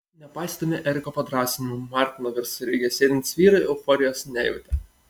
nepaisydami eriko padrąsinimų martino visureigyje sėdintys vyrai euforijos nejautė